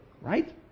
right